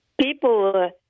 people